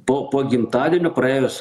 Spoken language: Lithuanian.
po po gimtadienio praėjus